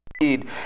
need